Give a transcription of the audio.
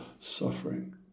suffering